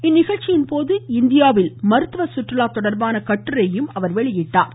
இந்நிகழ்ச்சியின் போது இந்தியாவில் மருத்துவ சுற்றுலா தொடர்பான கட்டுரையையும் அவர் வெளியிட்டார்